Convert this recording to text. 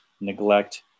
neglect